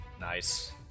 Nice